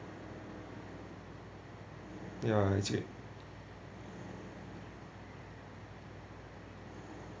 ya actually